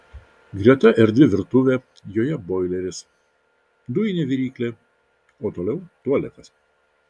greta erdvi virtuvė joje boileris dujinė viryklė o toliau tualetas